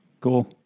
Cool